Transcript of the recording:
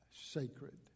sacred